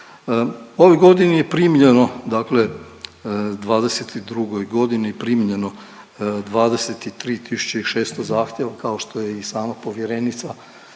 ovoj godini je primljeno, dakle '22. g. primljeno 23 i 600 zahtjeva, kao što je i sama povjerenica